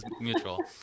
mutual